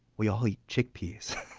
we all eat chickpeas.